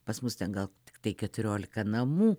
pas mus ten gal tiktai keturiolika namų